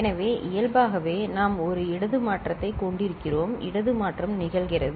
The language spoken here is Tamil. எனவே இயல்பாகவே நாம் ஒரு இடது மாற்றத்தைக் கொண்டிருக்கிறோம் இடது மாற்றம் நிகழ்கிறது